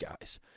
guys